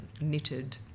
knitted